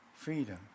freedom